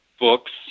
books